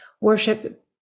worship